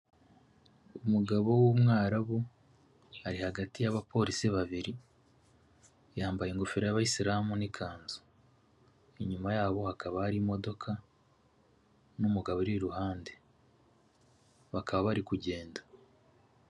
Umugabo w'umwarabu ari hagati y'abapolisi babiri yambaye ingofero y'abayisiramu n'ikanzu, inyuma yabo hakaba hari imodoka n'umugabo uri iruhande bakaba bari kugenda.